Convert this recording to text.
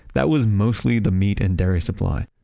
that was mostly the meat and dairy supply,